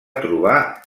trobar